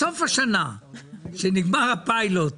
בסוף השנה כשמסתיים הפיילוט,